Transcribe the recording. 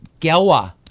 gelwa